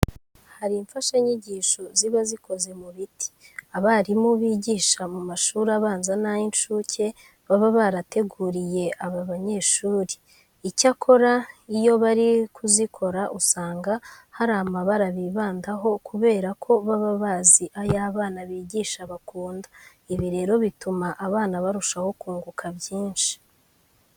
Hari imfashanyigisho ziba zikoze mu biti, abarimu bigisha mu mashuri abanza n'ay'incuke baba barateguriye aba banyeshuri. Icyakora iyo bari kuzikora usanga hari amabara bibandaho kubera ko baba bazi ayo abana bigisha bakunda. Ibi rero bituma abana barushaho kunguka byinshi.